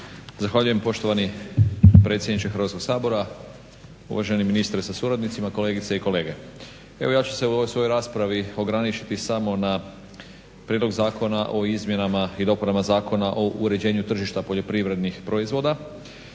Zahvaljujem poštovani predsjedniče Hrvatskog Sabora, uvaženi ministre sa suradnicima, kolegice i kolege. Evo ja ću se u ovoj svojoj raspravi ograničiti samo na prijedlog Zakona o izmjenama i dopunama Zakona o uređenju tržišta poljoprivrednih proizvoda,